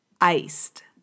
Iced